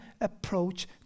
approach